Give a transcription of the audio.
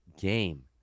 game